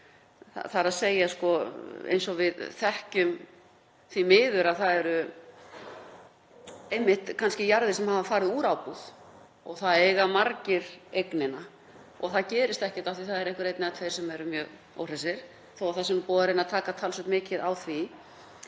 annarra lögerfingja. Við þekkjum því miður að það eru kannski jarðir sem hafa farið úr ábúð og það eiga margir eignina og það gerist ekkert af því að það er einhver einn eða tveir sem eru mjög óhressir, þótt það sé búið að reyna að taka talsvert mikið á því.